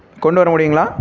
கொண்டுவர முடியுங்களா